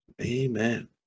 amen